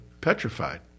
petrified